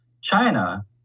China